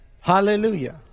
Hallelujah